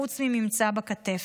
חוץ מממצא בכתף.